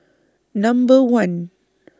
Number one